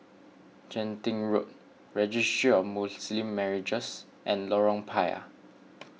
Genting Road Registry of Muslim Marriages and Lorong Payah